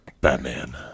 Batman